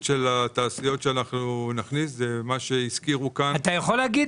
נכניס לצו את תעשיית